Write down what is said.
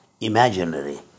imaginary